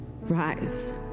Rise